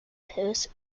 paris